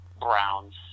Browns